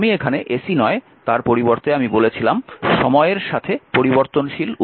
আমি এখানে ac নয় তার পরিবর্তে আমি বলেছিলাম সময়ের সাথে পরিবর্তনশীল উৎস